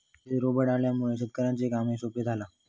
शेतीत रोबोट इल्यामुळे शेतकऱ्यांचा काम सोप्या झाला